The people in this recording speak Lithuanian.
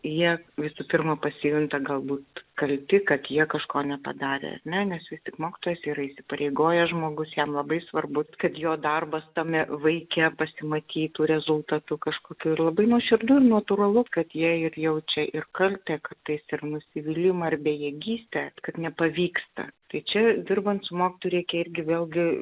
jie visų pirma pasijunta galbūt kalti kad jie kažko nepadarė ar ne nes vis tik mokytojas yra įsipareigojęs žmogus jam labai svarbus kad jo darbas tame vaike pasimatytų rezultatu kažkokiu ir labai nuoširdu ir natūralu kad jie ir jaučia ir kaltę kartais ir nusivylimą ir bejėgystę kad nepavyksta tai čia dirbant mokytoju reikia irgi vėlgi